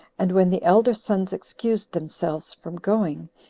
and when the elder sons excused themselves from going,